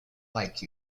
like